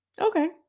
Okay